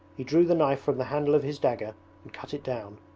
he drew the knife from the handle of his dagger and cut it down.